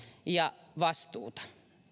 ja vastuuta